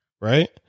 right